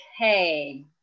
okay